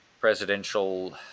presidential